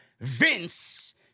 Vince